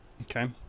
Okay